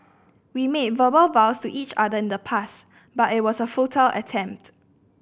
we made verbal vows to each other in the past but it was a futile attempt